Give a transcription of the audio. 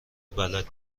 بلد